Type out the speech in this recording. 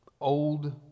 old